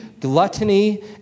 gluttony